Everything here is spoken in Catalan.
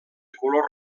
color